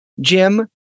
Jim